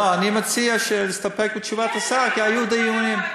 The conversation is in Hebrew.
אני מציע להסתפק בתשובת השר, כי היו דיונים.